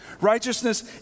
Righteousness